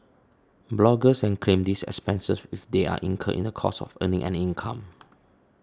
bloggers can claim these expenses if they are incurred in the course of earning an income